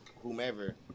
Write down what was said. whomever